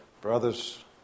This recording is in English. brothers